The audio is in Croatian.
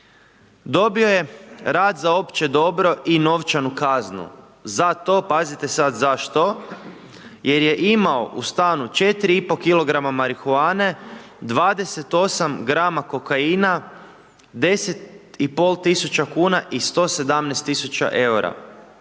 dobio je rad za opće dobro i novčanu kaznu za to, pazite sad za što, jer je imao u stanu 4,5kg marihuane, 28g kokaina, 10,5 tisuća kuna i 117 tisuća eura.